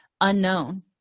unknown